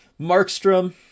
markstrom